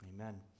Amen